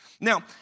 Now